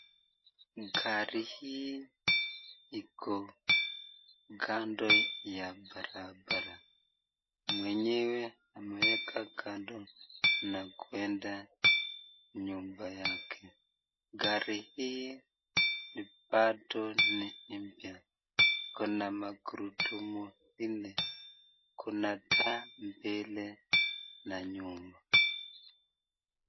Gari hii iko kando ya barabara. Mwenyewe ameweka kando na kuenda nyumba yake. Gari hii bado ni mpya. Kuna magurudumu nne. Kuna taa mbele na nyuma.